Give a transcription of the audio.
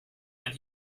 and